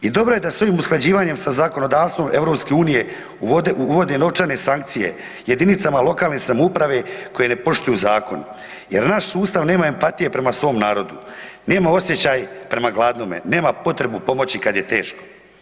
I dobro je da sa ovim usklađivanjem sa zakonodavstvom EU uvode novčane sankcije jedinicama lokalne samouprave koje ne poštuju zakon, jer naš sustav nema empatije prema svom narodu, nema osjećaj prema gladnome, nema potrebu pomoći kad je teško.